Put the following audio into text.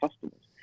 customers